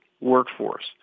workforce